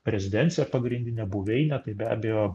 rezidencija pagrindine buveine tai be abejo